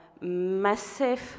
massive